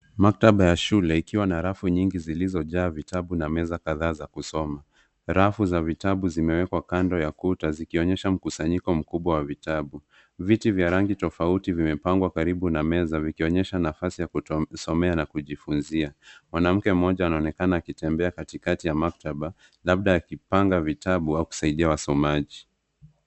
Maktaba ya shule ikiwa na rafu nyingi zilizojaa vitabu na meza kadhaa za kusoma. Rafu za vitabu zimewekwa kando ya kuta zikionyesha mkusanyiko mkubwa wa vitabu. Viti vya rangi tofauti vimepangwa karibu na meza vikionyesha nafasi ya kusomea na kujifunzia. Mwanamke mmoja anaonekana akitembea katikati ya maktaba labda akipanga vitabu au kusaidia wasomaji.